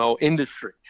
industry